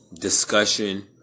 discussion